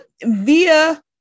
via